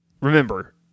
remember